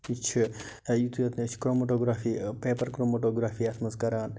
یہِ چھِ یا یُتھٕے نہٕ أسۍ چھِ کرٛموٹوگرٛافی پیپر کرٛوموٹوگرٛافی یَتھ منٛز کَران